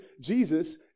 jesus